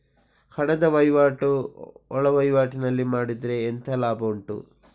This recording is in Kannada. ಹಣದ ವಹಿವಾಟು ಒಳವಹಿವಾಟಿನಲ್ಲಿ ಮಾಡಿದ್ರೆ ಎಂತ ಲಾಭ ಉಂಟು?